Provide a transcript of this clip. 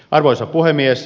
arvoisa puhemies